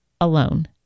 alone